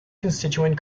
constituent